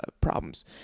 problems